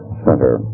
center